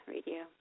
Radio